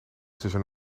tussen